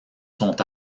sont